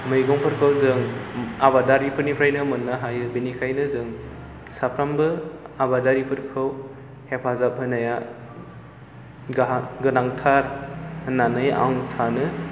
मैगंफोरखौ जों आबादारिफोरनिफ्रायनो मोननो हायो बेनिखायनो जों साफ्रोमबो आबादारिफोरखौ हेफाजाब होनाया गाहाम गोनांथार होननानै आं सानो